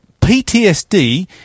PTSD